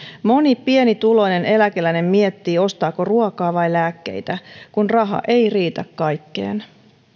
moni pienituloinen eläkeläinen miettii ostaako ruokaa vai lääkkeitä kun raha ei riitä kaikkeen